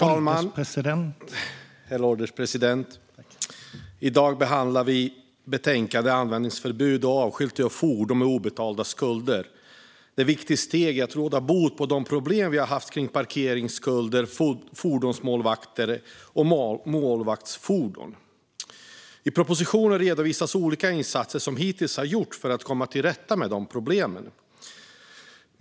Herr ålderspresident! I dag behandlar vi betänkandet om användningsförbud och avskyltning av fordon med obetalda skulder. Detta är ett viktigt steg i att råda bot på de problem vi har haft kring parkeringsskulder, fordonsmålvakter och målvaktsfordon. I propositionen redovisas olika insatser som hittills har gjorts för att komma till rätta med de problemen.